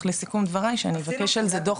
לסיכום דבריי שאני אבקש על זה דוח.